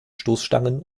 stoßstangen